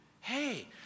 hey